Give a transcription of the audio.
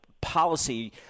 policy